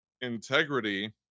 integrity